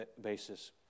basis